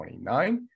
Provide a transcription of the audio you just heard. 29